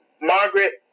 Margaret